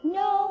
no